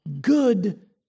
good